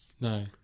no